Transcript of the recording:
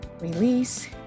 release